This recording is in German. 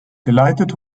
geleitet